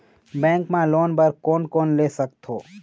Bank मा loan बर कोन कोन ले सकथों?